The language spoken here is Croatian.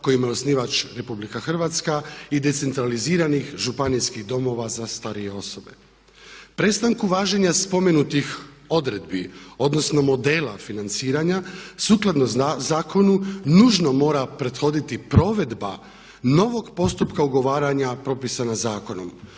kojima je osnivač Republika Hrvatska i decentraliziranih županijskih domova za starije osobe. Prestankom važenja spomenutih odredbi odnosno modela financiranja sukladno zakonu nužno mora prethoditi provedba novog postupka ugovaranja propisana zakonom.